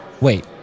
Wait